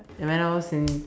when I was in